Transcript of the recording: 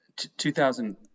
2000